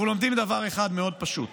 אנחנו לומדים דבר אחד מאוד פשוט: